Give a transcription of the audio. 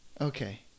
Okay